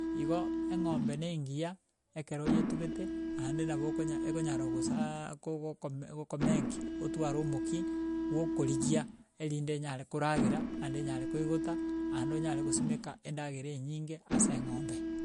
Igo, eng'ombe na engiya ekero oyetugete, naende nabo okonya ekonyara kosaaaa kogoko kogomeki otware omoki bwa okorigia, erinde enyare koragera, naende enyare koigota naende onyare gosimeka endagera enyinge ase eng'ombe.